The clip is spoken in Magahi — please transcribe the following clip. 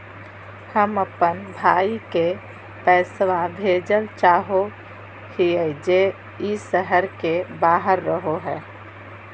हम अप्पन भाई के पैसवा भेजल चाहो हिअइ जे ई शहर के बाहर रहो है